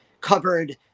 covered